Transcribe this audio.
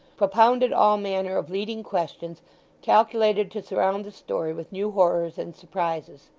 propounded all manner of leading questions calculated to surround the story with new horrors and surprises.